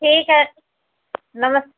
ठीक है